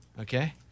Okay